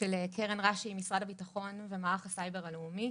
של קרן רש"י עם משרד הביטחון ומערך הסייבר הלאומי.